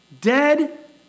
dead